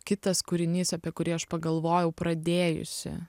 kitas kūrinys apie kurį aš pagalvojau pradėjusi